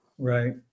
right